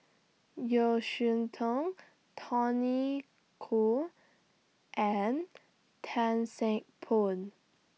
Yeo Cheow Tong Tony Khoo and Tan Seng Poh